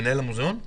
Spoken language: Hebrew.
מנהל המוזאון?